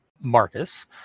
Marcus